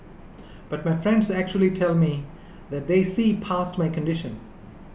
but my friends actually tell me that they see past my condition